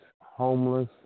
homeless